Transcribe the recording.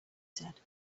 said